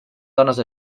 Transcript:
dones